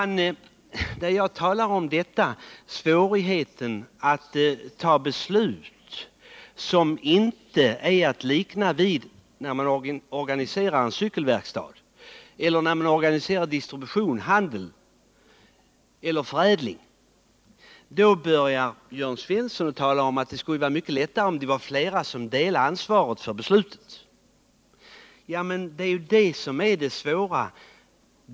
När jag talar om svårigheten att fatta beslut i frågor som inte kan liknas vid de frågor som uppstår när man organiserar arbetet i en cykelverkstad eller i distribution, handel eller förädlingsindustri, då börjar Jörn Svensson tala om att det skulle vara mycket lättare om flera delade ansvaret för besluten. Men det är ju detta som är det svåra.